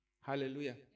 Hallelujah